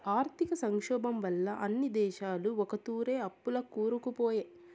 ఆర్థిక సంక్షోబం వల్ల అన్ని దేశాలు ఒకతూరే అప్పుల్ల కూరుకుపాయే